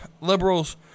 liberals